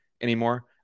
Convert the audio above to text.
anymore